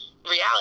reality